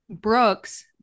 Brooks